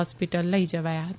hospital લઇ જવાયા હતા